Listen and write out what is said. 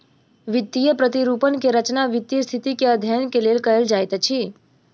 वित्तीय प्रतिरूपण के रचना वित्तीय स्थिति के अध्ययन के लेल कयल जाइत अछि